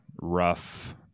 rough